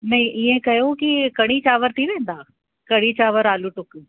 नहीं इहो कयो कि कढ़ी चांवर थी वेंदा कढ़ी चांवर आलू टुक